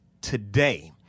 today